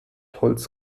holz